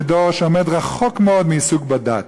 לדור שעומד רחוק מאוד מעיסוק בדת